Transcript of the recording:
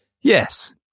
Yes